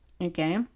okay